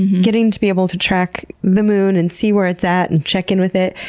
getting to be able to track the moon and see where it's at, and check in with it,